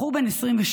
בחור בן 27,